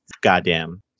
Goddamn